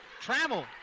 travel